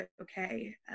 okay